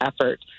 effort